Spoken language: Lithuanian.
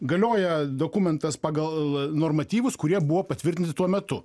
galioja dokumentas pagal normatyvus kurie buvo patvirtinti tuo metu